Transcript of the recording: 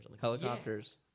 Helicopters